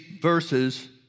verses